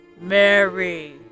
Mary